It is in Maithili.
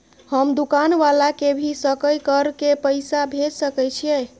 हम दुकान वाला के भी सकय कर के पैसा भेज सके छीयै?